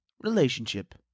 relationship